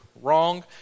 Wrong